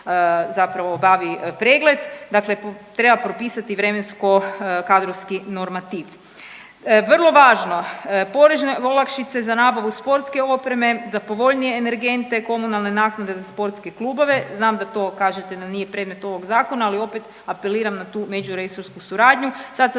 zapravo obavi pregled, dakle treba propisati vremensko-kadrovski normativ. Vrlo važno, porezne olakšice za nabavu sportske opreme, za povoljnije energente, komunalne naknade za sportske klubove, znam da to kažete da nije predmet ovog Zakona, ali opet apeliram na tu međuresorsku suradnju, sad sam